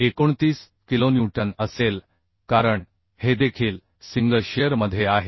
29 kilonewton असेल कारण हे देखील सिंगल शिअर मध्ये आहे